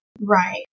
Right